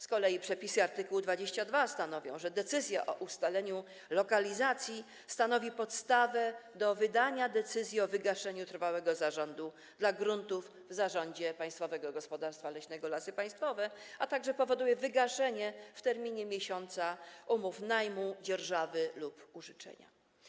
Z kolei przepisy art. 22 stanowią, że decyzja o ustaleniu lokalizacji stanowi podstawę do wydania decyzji o wygaszeniu trwałego zarządu dla gruntów w zarządzie Państwowego Gospodarstwa Leśnego Lasy Państwowe, a także powoduje wygaszenie w terminie miesiąca umów najmu, dzierżawy lub użyczenia.